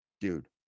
dude